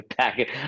package